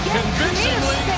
convincingly